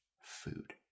food